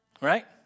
Right